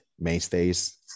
Mainstays